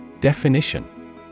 Definition